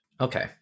Okay